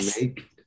make